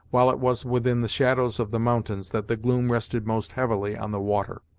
while it was within the shadows of the mountains that the gloom rested most heavily on the water.